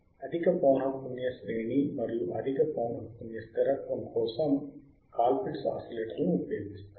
అధిక పౌనఃపున్య శ్రేణి మరియు అధిక పౌనఃపున్య స్థిరత్వం కోసం కాల్ పిట్స్ ఆసిలేటర్లను ఉపయోగిస్తారు